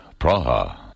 Praha